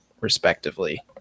respectively